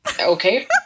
Okay